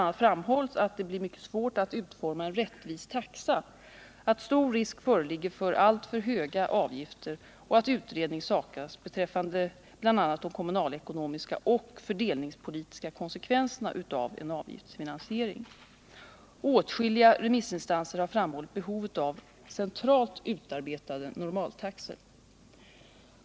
a. framhålls att det blir mycket svårt att utforma en rättvis taxa, att stor risk föreligger för alltför höga avgifter och att utredning saknas beträffande bl.a. de kommunalekonomiska och fördelningspolitiska konsekvenserna av en avgiftsfinansiering. Åtskilliga remissinstanser har framhållit behovet av centralt utarbetade normaltaxor.